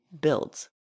builds